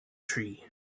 tree